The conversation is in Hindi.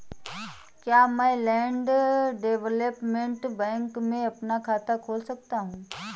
क्या मैं लैंड डेवलपमेंट बैंक में अपना खाता खोल सकता हूँ?